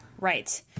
right